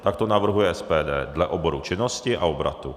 Tak to navrhuje SPD dle oboru činnosti a obratu.